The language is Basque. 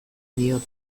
diot